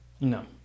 No